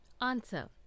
Answer